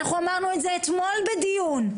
אמרנו את זה אתמול בדיון.